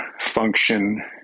function